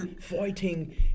fighting